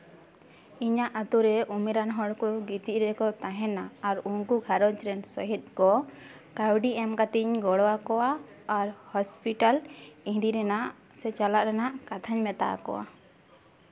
ᱤᱧᱟ ᱜ ᱟᱛᱳ ᱨᱮ ᱩᱢᱮᱨᱟᱱ ᱦᱚᱲ ᱠᱚ ᱜᱤᱛᱤᱡ ᱨᱮᱠᱚ ᱛᱟᱦᱮᱱᱟ ᱟᱨ ᱩᱱᱠᱩ ᱜᱷᱟᱨᱚᱸᱡᱽ ᱨᱮᱱ ᱥᱚᱦᱮᱫ ᱠᱚ ᱠᱟᱹᱣᱰᱤ ᱮᱢ ᱠᱟᱛᱮᱧ ᱜᱚᱲᱚ ᱟᱠᱚᱣᱟ ᱟᱨ ᱦᱚᱥᱯᱤᱴᱟᱞ ᱤᱫᱤ ᱨᱮᱱᱟᱜ ᱥᱮ ᱪᱟᱞᱟᱜ ᱨᱮᱱᱟᱜ ᱠᱟᱛᱷᱟᱧ ᱢᱮᱛᱟ ᱠᱚᱣᱟ